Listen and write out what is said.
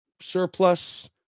surplus